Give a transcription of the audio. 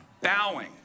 Bowing